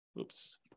oops